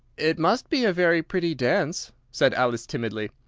it must be a very pretty dance, said alice, timidly.